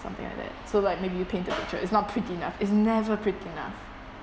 something like that so like maybe you paint the picture it's not pretty enough i'ts never pretty enough